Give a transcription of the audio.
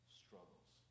struggles